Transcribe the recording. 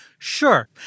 Sure